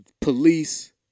police